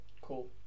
Cool